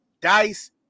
Dice